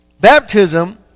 Baptism